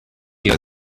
your